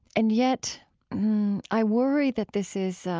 and yet i worry that this is